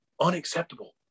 unacceptable